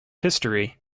history